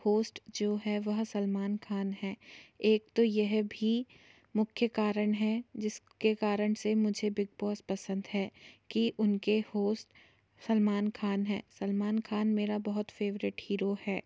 host जो है वह सलमान ख़ान है एक तो यह भी मुख्य कारण है जिसके कारण से मुझे बिगबॉस पसंद है कि उनके होस सलमान ख़ान हैं सलमान ख़ान मेरा बहुत फेवरेट हीरो है